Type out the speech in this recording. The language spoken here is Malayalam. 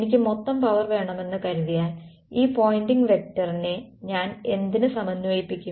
എനിക്ക് മൊത്തം പവർ വേണമെന്ന് കരുതിയാൽ ഈ പോയിൻറിംഗ് വെക്ടറിനെ ഞാൻ എന്തിന് സമന്വയിപ്പിക്കും